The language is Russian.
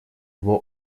его